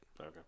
Okay